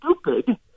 stupid